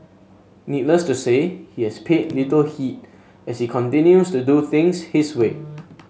needless to say he has paid little heed as he continues to do things his way